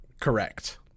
Correct